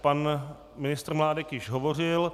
Pan ministr Mládek již hovořil.